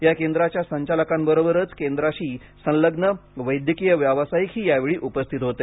या केंद्राच्या संचालकांबरोबरच केंद्राशी संलग्न वैद्यकीय व्यावसायिकही यावेळी उपस्थित होते